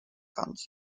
concepts